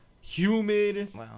humid